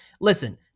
Listen